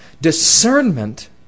Discernment